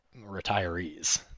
retirees